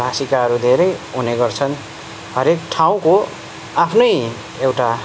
भाषिकाहरू धेरै हुने गर्छन् हरेक ठाउँको आफ्नै एउटा